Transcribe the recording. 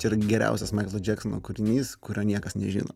čia yra geriausias maiklo džeksono kūrinys kurio niekas nežino